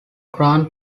grand